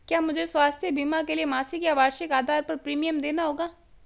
क्या मुझे स्वास्थ्य बीमा के लिए मासिक या वार्षिक आधार पर प्रीमियम देना होगा?